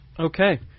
Okay